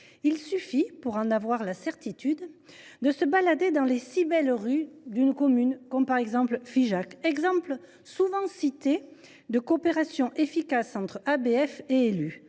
Il suffit, pour en avoir la certitude, de se promener dans les si belles rues d’une commune comme Figeac, exemple souvent cité de coopération efficace entre ABF et élus.